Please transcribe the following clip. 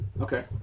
Okay